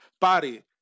Body